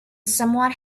someone